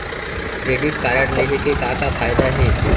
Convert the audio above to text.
Credit card लेहे के का का फायदा हे?